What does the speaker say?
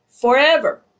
forever